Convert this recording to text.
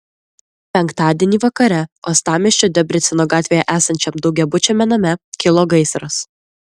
penktadienį vakare uostamiesčio debreceno gatvėje esančiam daugiabučiame name kilo gaisras